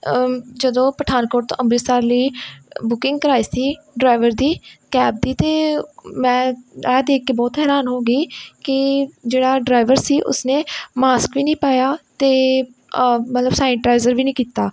ਜਦੋਂ ਪਠਾਰਕੋਟ ਤੋਂ ਅੰਮ੍ਰਿਤਸਰ ਲਈ ਬੁਕਿੰਗ ਕਰਵਾਈ ਸੀ ਡਰਾਈਵਰ ਦੀ ਕੈਬ ਦੀ ਤਾਂ ਮੈਂ ਆਹ ਦੇਖ ਕੇ ਬਹੁਤ ਹੈਰਾਨ ਹੋ ਗਈ ਕਿ ਜਿਹੜਾ ਡਰਾਈਵਰ ਸੀ ਉਸਨੇ ਮਾਸਕ ਵੀ ਨਹੀਂ ਪਾਇਆ ਅਤੇ ਮਤਲਬ ਸੈਨੀਟਾਇਜਰ ਵੀ ਨਹੀਂ ਕੀਤਾ